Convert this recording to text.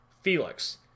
felix